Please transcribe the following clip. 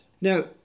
Now